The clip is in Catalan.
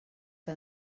que